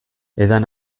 edan